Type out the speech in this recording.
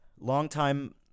Longtime